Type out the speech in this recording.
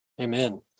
Amen